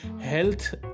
health